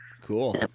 Cool